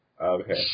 Okay